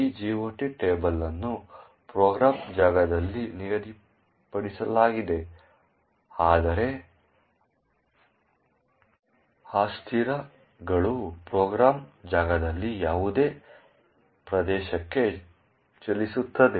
ಈ GOT table ಅನ್ನು program ಜಾಗದಲ್ಲಿ ನಿಗದಿಪಡಿಸಲಾಗಿದೆ ಆದರೆ ಅಸ್ಥಿರಗಳು ಪ್ರೋಗ್ರಾಂ ಜಾಗದಲ್ಲಿ ಯಾವುದೇ ಪ್ರದೇಶಕ್ಕೆ ಚಲಿಸುತ್ತವೆ